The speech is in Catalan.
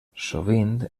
sovint